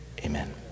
Amen